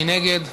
מי נגד?